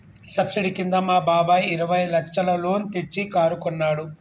subsidy కింద మా బాబాయ్ ఇరవై లచ్చల లోన్ తెచ్చి కారు కొన్నాడు